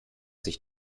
sich